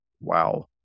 wow